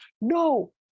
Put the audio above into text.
No